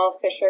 fisher